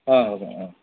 ಹಾಂ ಹೌದಾ ಆಂ